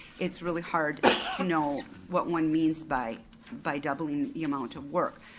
it's really hard to know what one means by by doubling the amount of work.